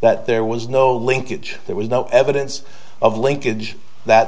that there was no linkage there was no evidence of linkage that